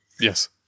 Yes